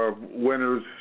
Winners